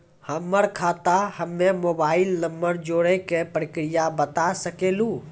हमर खाता हम्मे मोबाइल नंबर जोड़े के प्रक्रिया बता सकें लू?